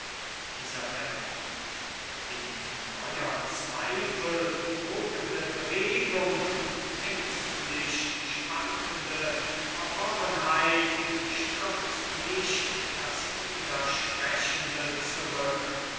isabella in neuer zweifel wogende bewegung und ängstlich schwankende verworrenheit stürzt mich das widersprechende zurück